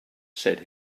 said